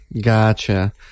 Gotcha